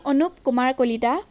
Anup Kumar Kalita